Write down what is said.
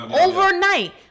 Overnight